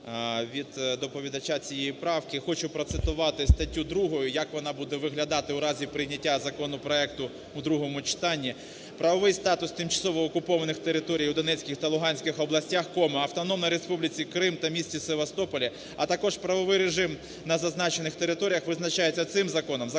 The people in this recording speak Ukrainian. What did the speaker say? від доповідача цієї правки. Хочу процитувати статтю 2, як вона буде виглядати у разі прийняття законопроекту у другому читанні. "Правовий статус тимчасово окупованих територій у Донецькій та Луганській областях, Автономній Республіці Крим та місті Севастополі, а також правовий режим на зазначених територіях визначається цим законом,